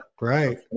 right